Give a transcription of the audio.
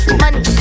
money